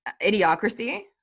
Idiocracy